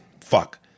fuck